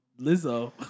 Lizzo